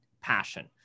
passion